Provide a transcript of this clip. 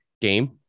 game